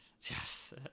Yes